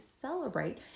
celebrate